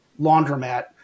laundromat